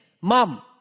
mom